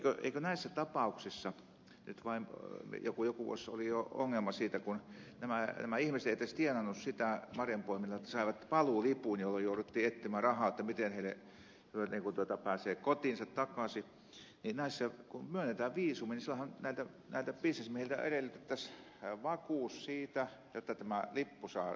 eikö näissä tapauksissa joku vuosi oli jo ongelma siitä kun nämä ihmiset eivät edes tienanneet marjan poiminnalla sitä jotta saivat paluulipun jolloin jouduttiin etsimään rahaa miten he pääsevät kotiinsa takaisin kun myönnetään viisumi silloinhan näiltä bisnesmiehiltä edellytettäisiin vakuus siitä jotta tämä lippuasia on kunnossa